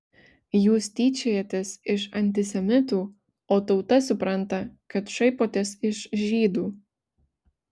jūs tyčiojatės iš antisemitų o tauta supranta kad šaipotės iš žydų